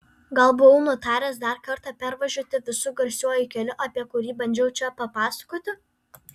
gal buvau nutaręs dar kartą pervažiuoti visu garsiuoju keliu apie kurį bandžiau čia papasakoti